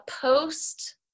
post